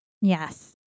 Yes